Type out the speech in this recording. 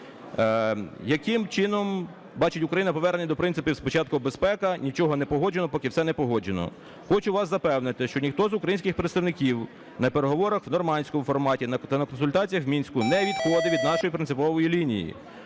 Яким чином бачить Україна повернення до принципів "спочатку – безпека", "нічого не погоджено, поки все не погоджено"? Хочу вас запевнити, що ніхто з українських представників на переговорах в "нормандському форматі" та на консультаціях в Мінську не відходив від нашої принципової лінії: